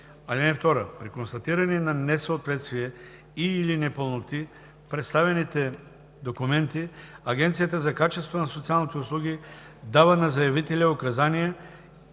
им. (2) При констатиране на несъответствия и/или непълноти в представените документи Агенцията за качеството на социалните услуги дава на заявителя указания